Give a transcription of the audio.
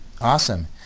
Awesome